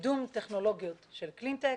קידום טכנולוגיות של קלינטקס,